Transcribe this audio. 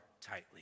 tightly